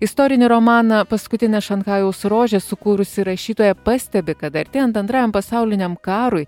istorinį romaną paskutinė šanchajaus rožė sukūrusi rašytoja pastebi kad artėjant antrajam pasauliniam karui